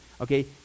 okay